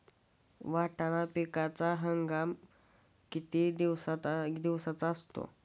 वाटाणा पिकाचा हंगाम किती दिवसांचा असतो?